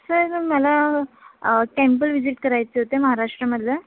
sir मला temple visit करायचे होते महाराष्ट्रमधल्या